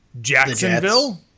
Jacksonville